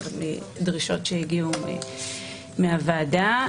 דרישות שהגיעו מהוועדה,